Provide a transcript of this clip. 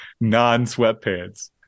non-sweatpants